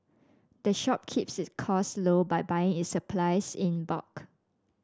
the shop keeps its costs low by buying its supplies in bulk